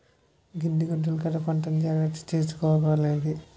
గిడ్డంగులుంటేనే కదా పంటని జాగ్రత్తగా దాసుకోగలిగేది?